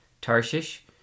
Tarshish